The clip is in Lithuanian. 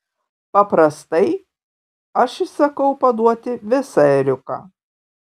paprastai aš įsakau paduoti visą ėriuką